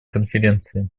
конференции